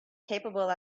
capable